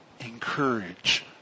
encourage